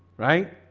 right